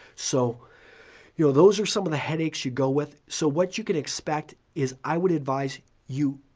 so you know those are some of the headaches you go with, so what you can expect is i would advise you,